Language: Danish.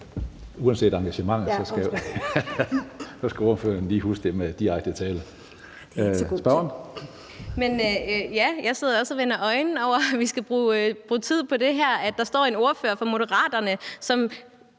Uanset engagementet skal ordføreren lige huske det med direkte tiltale. Spørgeren. Kl. 15:38 Susie Jessen (DD): Ja, jeg sidder også og vender øjne over, at vi skal bruge tid på det her, og at der står en ordfører for Moderaterne, som